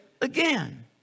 again